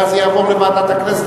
ואז זה יעבור לוועדת הכנסת,